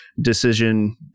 decision